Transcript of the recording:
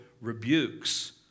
rebukes